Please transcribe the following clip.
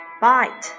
bite